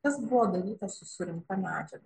kas buvo daryta su surinkta medžiaga